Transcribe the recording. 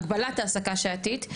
העסקה שעתית.